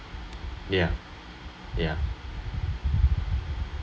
yeah yeah